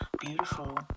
beautiful